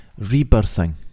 Rebirthing